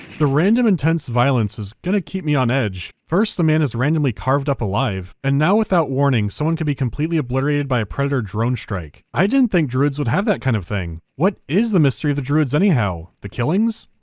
the random intense violence is gonna keep me on edge. first, the man is randomly carved up alive, and now, without warning, someone could be completely obliterated by a predator drone strike. i didn't think druids would have that kind of thing! what is the mystery of the druids anyhow? the killings?